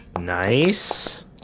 Nice